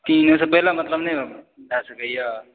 तीन बजेसँ पहिले मतलब नहि जा सकैए